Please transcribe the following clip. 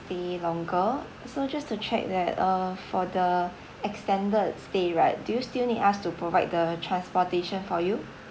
stay longer so just to check that uh for the extended stay right do you still need us to provide the transportation for you